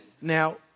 Now